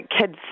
kids